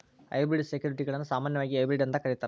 hybrid ಸೆಕ್ಯುರಿಟಿಗಳನ್ನ ಸಾಮಾನ್ಯವಾಗಿ hybrid ಅಂತ ಕರೇತಾರ